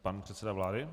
Pan předseda vlády.